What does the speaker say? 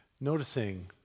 noticing